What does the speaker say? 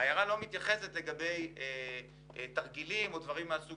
ההערה לא מתייחסת לגבי תרגילים או מניפולציות